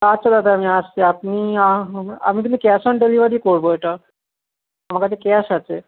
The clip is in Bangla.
আচ্ছা দাদা আমি আসছি আপনি আমি আমি কিন্তু ক্যাশ অন ডেলিভারি করবো এটা আমার কাছে ক্যাশ আছে